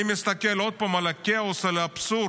אני מסתכל עוד פעם על הכאוס, על האבסורד,